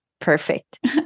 Perfect